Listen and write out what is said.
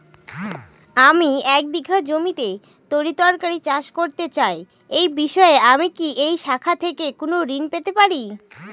আমি এক বিঘা জমিতে তরিতরকারি চাষ করতে চাই এই বিষয়ে আমি কি এই শাখা থেকে কোন ঋণ পেতে পারি?